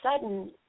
sudden